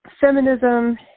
feminism